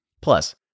Plus